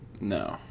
No